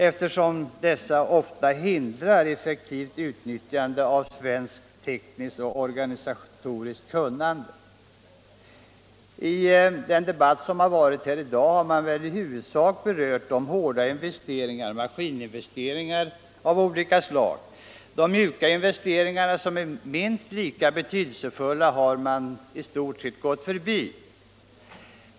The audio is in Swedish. Sådant hindrar ofta effektivt utnyttjande av svenskt tekniskt och organisatoriskt kunnande. I dagens debatt har i huvudsak de hårda investeringarna, maskininvesteringar av olika slag, berörts. De mjuka investeringarna, som är minst lika betydelsefulla, har man i stort sett gått förbi.